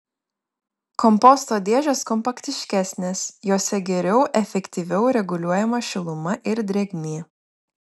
komposto dėžės kompaktiškesnės jose geriau efektyviau reguliuojama šiluma ir drėgmė